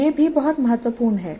यह भी बहुत महत्वपूर्ण है